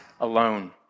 alone